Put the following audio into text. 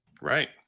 Right